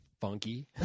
funky